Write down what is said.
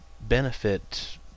benefit